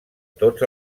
tots